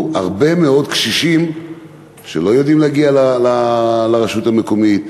הרבה מאוד קשישים שלא יודעים להגיע לרשות המקומית,